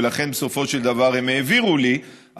ולכן בסופו של דבר הם העבירו לי,